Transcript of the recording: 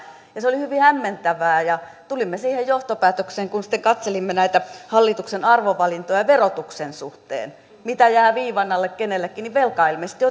se oli hyvin hämmentävää ja tulimme siihen johtopäätökseen kun sitten katselimme näitä hallituksen arvovalintoja verotuksen suhteen mitä jää viivan alle kenellekin että velkaa ilmeisesti